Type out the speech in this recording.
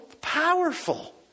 powerful